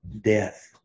death